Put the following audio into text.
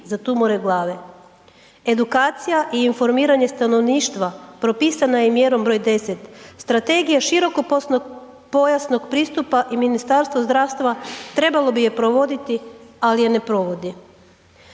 za tumore glave. Edukacija i informiranje stanovništva propisana je i mjerom 10, Strategija širokopojasnog pristupa i Ministarstvo zdravstva trebalo bi je provoditi ali je ne provodi.